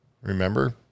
Remember